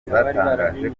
batangaje